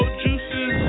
juices